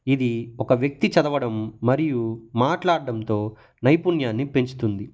ఇది ఒక వ్యక్తి చదవడం మరియు మాట్లాడడంతో నైపుణ్యాన్ని పెంచుతుంది